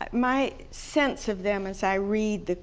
um my sense of them as i read the